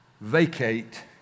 vacate